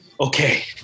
okay